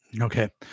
Okay